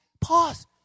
pause